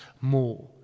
more